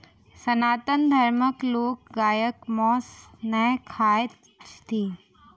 सनातन धर्मक लोक गायक मौस नै खाइत छथि